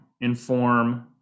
inform